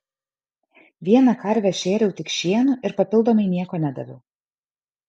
vieną karvę šėriau tik šienu ir papildomai nieko nedaviau